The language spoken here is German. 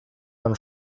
man